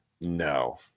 no